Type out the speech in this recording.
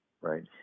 Right